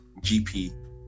GP